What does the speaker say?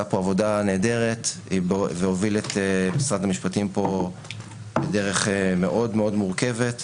פה עבודה נהדרת והוביל את משרד המשפטים בדרך מורכבת מאוד.